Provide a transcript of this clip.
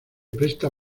presta